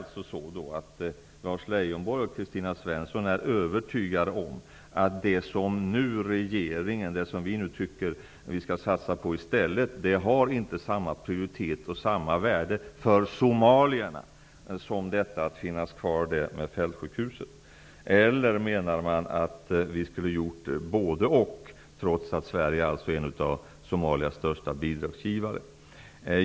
Lars Leijonborg och Kristina Svensson är övertygade om att det som regeringen nu i stället vill satsa på inte har samma prioritet och värde för somalierna som detta att fältsjukhuset skall vara kvar. Eller så menar de att både-och skall göras, trots att Sverige är en av Somalias största bidragsgivare.